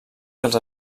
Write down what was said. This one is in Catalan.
dels